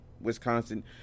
Wisconsin